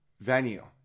venue